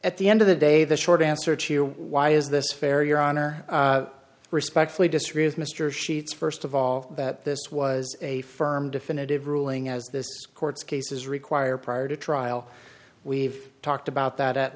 at the end of the day the short answer to why is this fair your honor i respectfully disagree with mr sheets first of all that this was a firm definitive ruling as this court's cases require prior to trial we've talked about that at